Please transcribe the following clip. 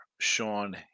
Sean